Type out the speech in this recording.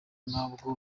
nabwo